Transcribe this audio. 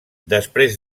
després